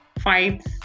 fights